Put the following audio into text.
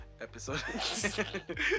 episode